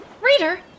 Reader